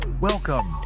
welcome